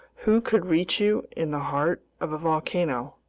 who could reach you in the heart of a volcano?